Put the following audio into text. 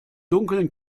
dunkeln